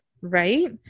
right